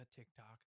TikTok